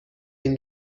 این